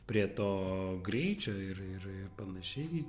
prie to greičio ir ir ir panašiai